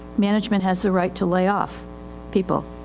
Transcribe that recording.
management has the right to layoff people.